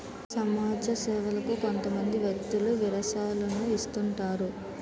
సమాజ సేవకు కొంతమంది వ్యక్తులు విరాళాలను ఇస్తుంటారు